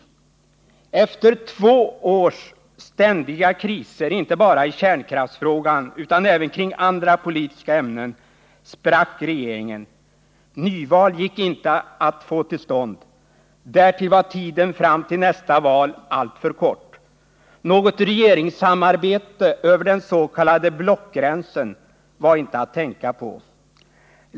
Efter två års ständiga kriser inte bara i kärnkraftsfrågan utan även om andra politiska ämnen sprack regeringen. Nyval gick inte att få till stånd. Därtill var tiden fram till nästa val alltför kort. Något regeringssamarbete över den s.k. blockgränsen var inte att tänka på.